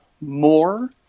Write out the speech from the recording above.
more